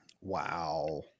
Wow